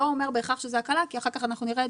לא אומר בהכרח שזאת הקלה כי אחר-כך אנחנו נראה את